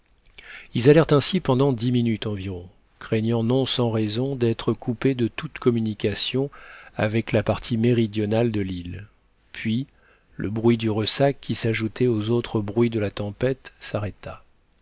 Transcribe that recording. ils allèrent ainsi pendant dix minutes environ craignant non sans raison d'être coupés de toute communication avec la partie méridionale de l'île puis le bruit du ressac qui s'ajoutait aux autres bruits de la tempête s'arrêta